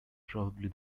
probably